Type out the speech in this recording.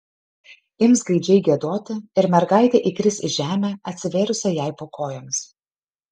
ims gaidžiai giedoti ir mergaitė įkris į žemę atsivėrusią jai po kojomis